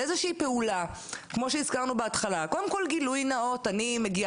אני לא מכיר